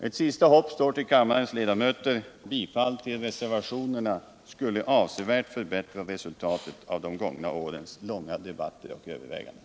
Ett sista hopp står till kammarens ledamöter. Ett bifall till reservationen skulle avsevärt förbättra resultatet av de gångna årens långa debatter och överväganden.